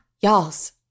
y'alls